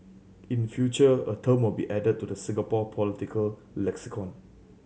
in future a term will be added to the Singapore political lexicon